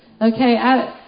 Okay